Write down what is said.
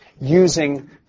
using